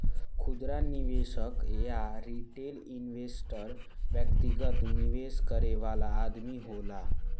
खुदरा निवेशक या रिटेल इन्वेस्टर व्यक्तिगत निवेश करे वाला आदमी होला